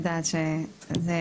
שזה